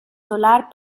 solar